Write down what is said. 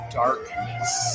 darkness